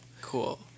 Cool